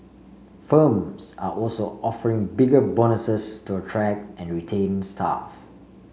firms are also offering bigger bonuses to attract and retain staff